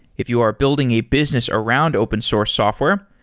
if you are building a business around open source software,